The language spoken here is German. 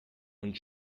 und